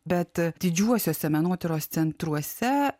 bet didžiuosiuose menotyros centruose